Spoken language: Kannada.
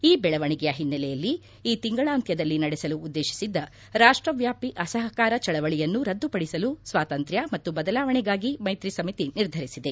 ಈ ಬೆಳವಣಿಗೆಯ ಹಿನ್ನೆಲೆಯಲ್ಲಿ ಈ ತಿಂಗಳಾಂತ್ಯದಲ್ಲಿ ನಡೆಸಲು ಉದ್ದೇಶಿಸಿದ್ದ ರಾಷ್ಟವ್ಯಾಪಿ ಅಸಹಕಾರ ಚಳವಳಿಯನ್ನು ರದ್ದುಪಡಿಸಲು ಸ್ವಾತಂತ್ರ್ಯ ಮತ್ತು ಬದಲಾವಣೆಗಾಗಿ ಮೈತ್ರಿ ಸಮಿತಿ ನಿರ್ಧರಿಸಿದೆ